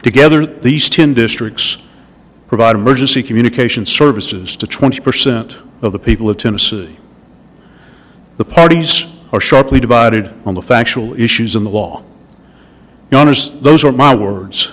together these ten districts provide emergency communication services to twenty percent of the people of tennessee the parties are sharply divided on the factual issues in the law notice those are my words